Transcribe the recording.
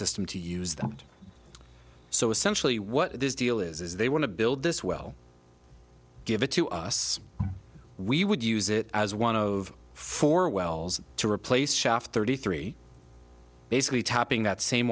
system to use them and so essentially what this deal is is they want to build this well give it to us we would use it as one of four wells to replace shaft thirty three basically tapping that same